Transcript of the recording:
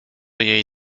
jej